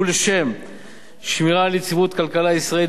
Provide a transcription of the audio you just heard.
ולשם שמירה על יציבות הכלכלה הישראלית